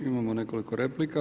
Imamo nekoliko replika.